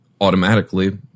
automatically